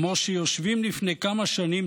כמו שיושבים לפני כמה שנים,